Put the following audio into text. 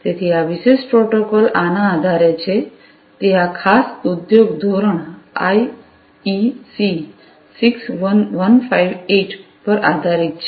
તેથી આ વિશિષ્ટ પ્રોટોકોલ આના આધારે છે તે આ ખાસ ઉદ્યોગ ધોરણ આઇઇસી 61158 પર આધારિત છે